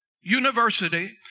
University